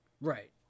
Right